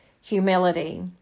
humility